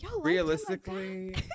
realistically